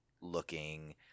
looking